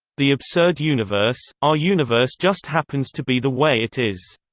the absurd universe our universe just happens to be the way it is.